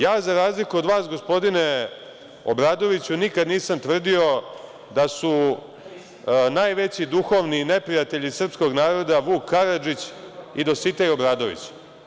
Ja za razliku od vas, gospodine Obradoviću, nikad nisam tvrdio da su najveći duhovni neprijatelji srpskog naroda Vuk Karadžić i Dositej Obradović.